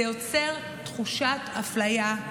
זה יוצר תחושת אפליה,